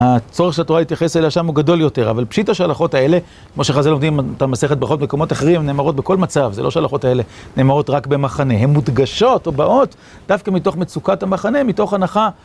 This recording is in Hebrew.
הצורך של התורה להתייחס אליה שם הוא גדול יותר, אבל פשיטה שההלכות האלה, כמו שחז"ל לומדים את המסכת ברכות במקומות אחרים, הן נאמרות בכל מצב, זה לא שההלכות האלה נאמרות רק במחנה. הן מודגשות או באות דווקא מתוך מצוקת המחנה, מתוך הנחה.